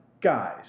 guys